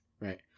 right